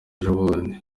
ejobundi